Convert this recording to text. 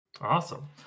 Awesome